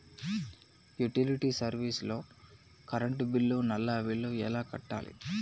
Utility service లో current bill, నల్లా bill ఎలా కట్టాలి?